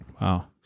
Wow